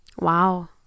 Wow